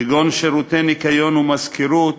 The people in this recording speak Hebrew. כגון שירותי ניקיון ומזכירות,